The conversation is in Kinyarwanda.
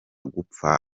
gupfa